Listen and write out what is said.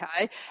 Okay